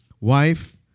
Wife